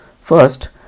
First